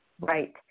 right